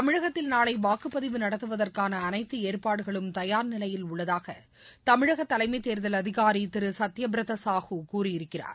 தமிழகத்தில் நாளைவாக்குப்பதிவு நடத்துவதற்கானஅனைத்துஏற்பாடுகளும் தயார் நிலையில் உள்ளதாகதமிழகதலைமைதேர்தல் அதிகாரிதிருசத்தியப்பிரதசாஹு கூறியிருக்கிறார்